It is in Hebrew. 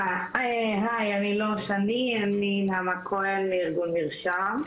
היי אני לא שני, אני נעמה כהן מארגון מרשם.